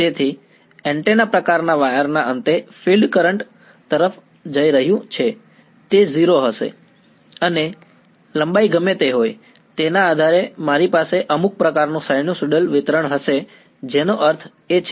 તેથી એન્ટેના પ્રકારના વાયરના અંતે ફીલ્ડ કરંટ તરફ જઈ રહ્યું છે તે 0 હશે અને લંબાઈ ગમે તે હોય તેના આધારે મારી પાસે અમુક પ્રકારનું સાઈનુસોઇડલ વિતરણ હશે જેનો અર્થ છે કે